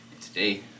today